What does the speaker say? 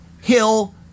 hill